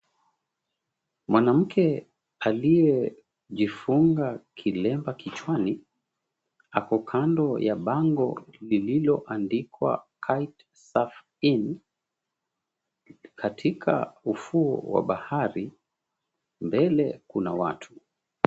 Mwanamke aliyejifunga kilemba kichwani. Ako kando ya bango lililoandikwa, Kite Surf Inn. Katika ufuo wa bahari mbele kuna watu.